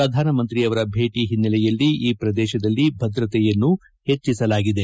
ಪ್ರಧಾನಮಂತ್ರಿಯವರ ಭೇಟಿ ಓನ್ನೆಲೆಯಲ್ಲಿ ಈ ಪ್ರದೇಶದಲ್ಲಿ ಭದ್ರತೆಯನ್ನು ಹೆಚ್ಚಿಸಲಾಗಿದೆ